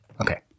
okay